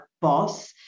boss